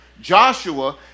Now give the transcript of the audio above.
Joshua